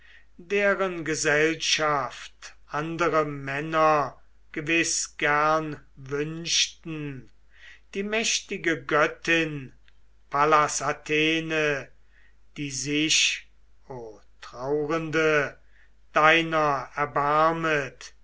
deren gesellschaft andere männer gewiß gern wünschten die mächtige göttin pallas athene die sich o trauernde deiner erbarmet